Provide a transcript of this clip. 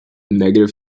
negative